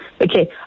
Okay